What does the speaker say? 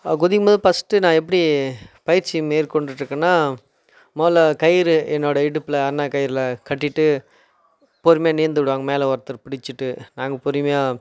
குதிக்கும்போது first நான் எப்படி பயிற்சி மேற்கொண்டுட்டு இருக்கேனா முதல்ல கயிறு என்னோட இடுப்பில் அருணாக்கயிறில் கட்டிகிட்டு பொறுமையாக நீந்த விடுவாங்க மேலே ஒருத்தர் பிடிச்சிட்டு நாங்கள் பொறுமையாக